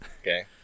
Okay